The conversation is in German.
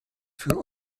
für